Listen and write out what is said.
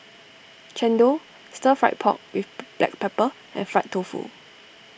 Chendol Stir Fry Pork with Black Pepper and Fried Tofu